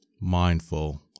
mindful